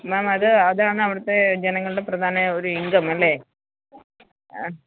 മേം അത് അതാണ് അവിടത്തെ ജനങ്ങളുടെ പ്രധാന ഒരു ഇങ്കം അല്ലേ അ